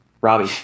Robbie